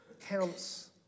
counts